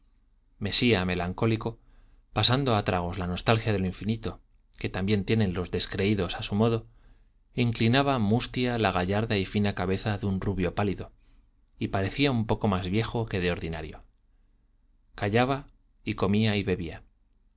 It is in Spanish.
mesía melancólico pasando a tragos la nostalgia de lo infinito que también tienen los descreídos a su modo inclinaba mustia la gallarda y fina cabeza de un rubio pálido y parecía un poco más viejo que de ordinario callaba y comía y bebía